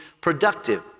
productive